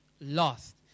lost